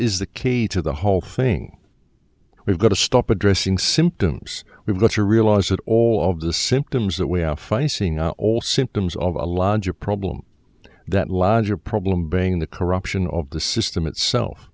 is the key to the whole thing we've got to stop addressing symptoms we've got to realize that all of the symptoms that we have facing are all symptoms of a larger problem that larger problem being the corruption of the system itself